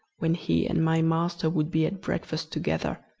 when he and my master would be at breakfast together.